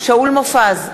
שאול מופז,